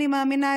אני מאמינה,